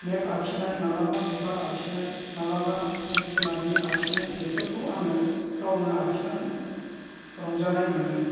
map आखिनाय माब्लाबा बिबार आखिनाय माब्लाबा जिब जुनारनि आखिनाय बेफोरखौ आङो गावनो आखिनानै रंजानाय मोनोमोन